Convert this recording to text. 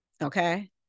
okay